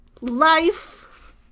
life